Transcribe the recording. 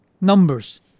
numbers